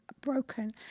broken